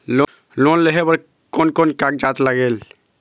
Loan लेहे बर कोन कोन कागजात लागेल?